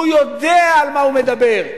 הוא יודע על מה הוא מדבר,